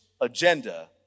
agenda